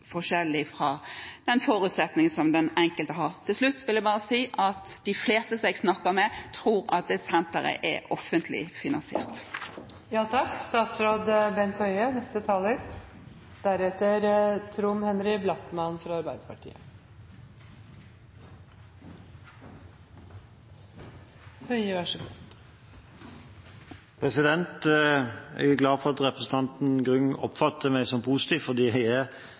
fra den forutsetning som den enkelte har. Til slutt vil jeg bare si at de fleste jeg snakker med, tror at dette senteret er offentlig finansiert. Jeg er glad for at representanten Grung oppfatter meg som positiv, for jeg er positiv til senteret og den viktige jobben som det gjør, og det betydelige kompetansemiljøet som